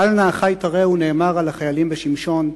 "אל נא אחי תרעו" נאמר על החיילים בשמשון,